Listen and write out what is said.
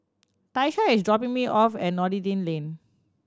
Tyesha is dropping me off at Noordin Lane